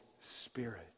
Spirit